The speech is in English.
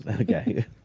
Okay